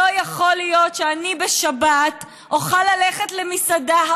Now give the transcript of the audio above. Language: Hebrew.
לא יכול להיות שאני בשבת אוכל ללכת למסעדה,